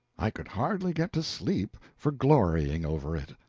i could hardly get to sleep for glorying over it.